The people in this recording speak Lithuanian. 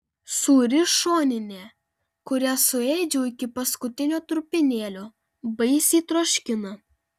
sūri šoninė kurią suėdžiau iki paskutinio trupinėlio baisiai troškina